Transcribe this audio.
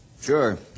Sure